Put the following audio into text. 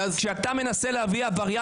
אז אני מבקש בנימוס לא להפריע.